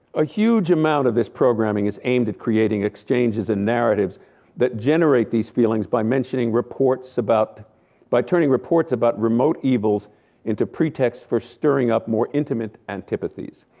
a huge amount of this programming is aimed at creating exchanges in narratives that generate these feelings by mentioning reports about by turning reports about remote evils into pretexts about stirring up more intimate antipathies.